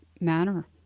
manner